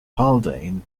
haldane